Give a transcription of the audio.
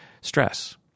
stress